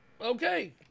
Okay